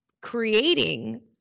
creating